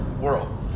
world